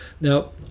Now